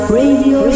Radio